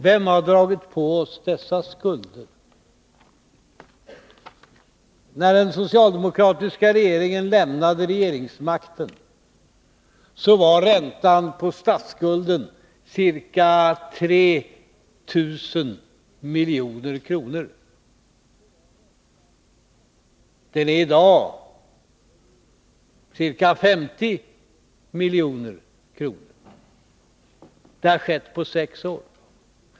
Vem har dragit på oss dessa skulder? När den socialdemokratiska regeringen lämnade regeringsmakten var räntan på statsskulden ca 3 miljarder kronor. Den är i dag ca 15 miljarder kronor. Denna ökning har skett på sex år.